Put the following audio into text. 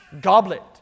goblet